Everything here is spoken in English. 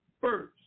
first